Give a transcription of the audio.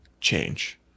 change